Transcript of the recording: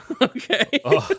Okay